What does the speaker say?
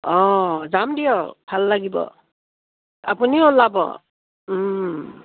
অঁ যাম দিয়ক ভাল লাগিব আপুনিও ওলাব